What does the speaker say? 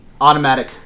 automatic